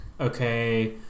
okay